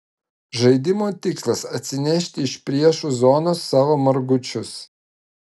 žaidimo tikslas atsinešti iš priešų zonos savo margučius